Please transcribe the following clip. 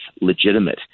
legitimate